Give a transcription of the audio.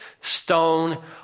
stone